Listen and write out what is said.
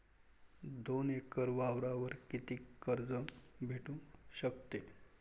दोन एकर वावरावर कितीक कर्ज भेटू शकते?